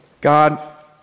God